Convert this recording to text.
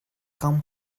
come